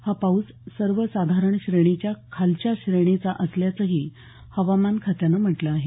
हा पाऊस सर्वसाधारण श्रेणीच्या खालच्या श्रेणीचा असल्याचंही हवामानखात्यानं म्हटलं आहे